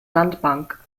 sandbank